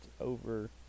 over